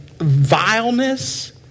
vileness